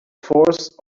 force